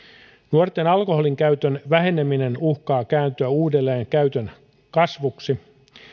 nuorten alkoholinkäytön väheneminen uhkaa kääntyä uudelleen käytön kasvuksi